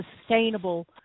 sustainable